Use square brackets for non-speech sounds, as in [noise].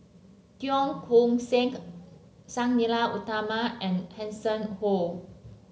Cheong Koon Seng [unintelligible] Sang Nila Utama and Hanson Ho